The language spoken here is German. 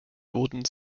wurden